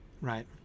right